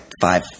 five